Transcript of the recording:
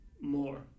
more